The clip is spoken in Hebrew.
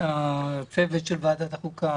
זו ועדה שליושב-ראש יש השפעה גדולה על מהלך החקיקה,